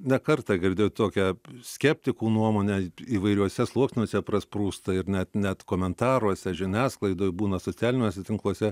ne kartą girdėjot tokią skeptikų nuomonę įvairiuose sluoksniuose prasprūsta ir net net komentaruose žiniasklaidoj būna socialiniuose tinkluose